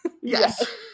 Yes